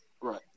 Right